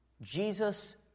Jesus